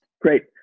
great